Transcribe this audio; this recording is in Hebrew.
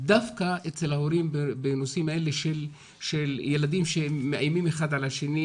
דווקא אצל ההורים בנושאים האלה של ילדים שהם מאיימים אחד על השני,